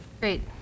great